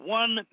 one